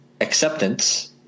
acceptance